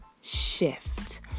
shift